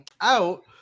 out